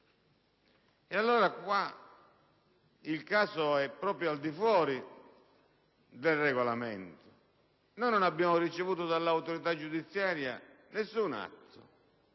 nel 2005. Il caso è proprio al di fuori del Regolamento. Noi non abbiamo ricevuto dall'autorità giudiziaria alcun atto.